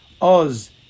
Oz